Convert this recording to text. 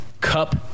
cup